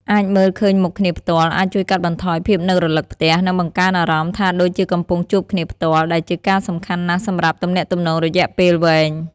អាចមើលឃើញមុខគ្នាផ្ទាល់ អាចជួយកាត់បន្ថយភាពនឹករលឹកផ្ទះ និងបង្កើនអារម្មណ៍ថាដូចជាកំពុងជួបគ្នាផ្ទាល់ ដែលជាការសំខាន់ណាស់សម្រាប់ទំនាក់ទំនងរយៈពេលវែង ។